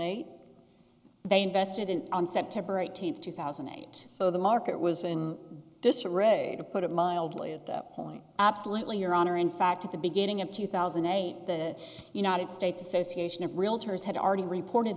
eight they invested in on september eighteenth two thousand and eight the market was in disarray to put it mildly at that point absolutely your honor in fact at the beginning of two thousand and eight the united states association of realtors had already reported